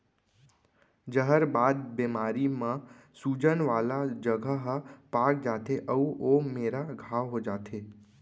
जहरबाद बेमारी म सूजन वाला जघा ह पाक जाथे अउ ओ मेरा घांव हो जाथे